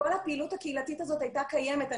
כל הפעילות הקהילתית הזאת הייתה קיימת.